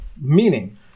Meaning